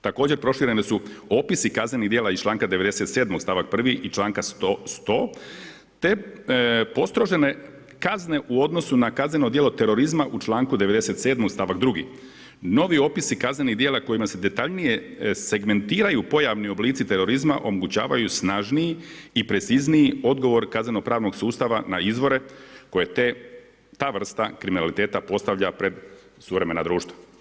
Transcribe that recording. Također prošireni su opisi kaznenih djela iz članka 97. stavak 1. i članka 100 te postrožene kazne u odnosu na kazneno djelo terorizma u članku 97. stavak 2. Novi opisi kaznenih djela kojima se detaljnije segmentiraju pojavni oblici terorizma omogućavaju snažniji i precizniji odgovor kazneno pravnog sustava na izvore koje ta vrsta kriminaliteta postavlja pred suvremena društva.